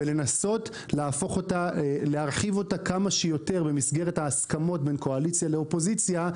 ולנסות להרחיב אותה כמה שיותר במסגרת ההסכמות בין קואליציה לאופוזיציה,